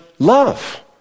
Love